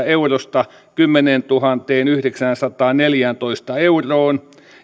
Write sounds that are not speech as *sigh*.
*unintelligible* eurosta kymmeneentuhanteenyhdeksäänsataanneljääntoista euroon